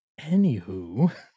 Anywho